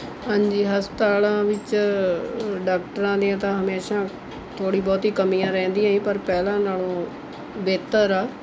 ਹਾਂਜੀ ਹਸਪਤਾਲਾਂ ਵਿੱਚ ਡਾਕਟਰਾਂ ਦੀਆਂ ਤਾਂ ਹਮੇਸ਼ਾ ਥੋੜ੍ਹੀ ਬਹੁਤੀ ਕਮੀਆਂ ਰਹਿੰਦੀਆਂ ਹੀ ਪਰ ਪਹਿਲਾਂ ਨਾਲੋਂ ਬਿਹਤਰ ਹੈ